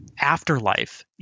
afterlife